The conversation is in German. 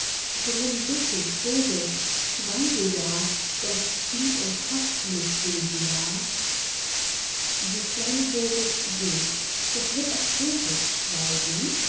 drum bitt ich doris schweige ja sonst flieht und haßt mich sylvia die kleine doris geht doch wird auch doris schweigen